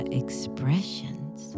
expressions